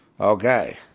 Okay